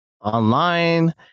online